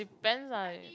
depends like